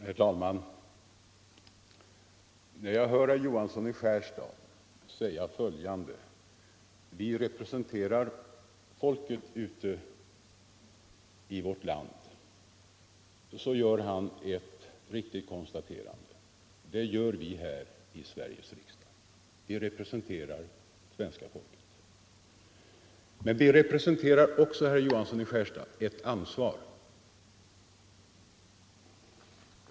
Herr talman! När herr Johansson i Skärstad säger att riksdagsmännen representerar folket ute i vårt land gör han ett riktigt konstaterande. Vi här i Sveriges riksdag representerar svenska folket. Men vi har också, herr Johansson i Skärstad, ett ansvar.